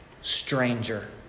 stranger